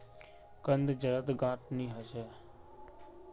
कंद जड़त गांठ नी ह छ